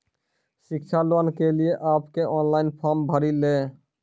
शिक्षा लोन के लिए आप के ऑनलाइन फॉर्म भरी ले?